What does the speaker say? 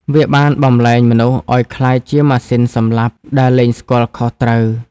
វាបានបំប្លែងមនុស្សឱ្យក្លាយជាម៉ាស៊ីនសម្លាប់ ដែលលែងស្គាល់ខុសត្រូវ។